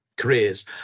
careers